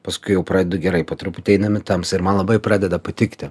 paskui jau pradedu gerai po truputį einam į tamsą ir man labai pradeda patikti